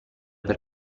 per